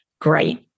Great